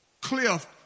cliff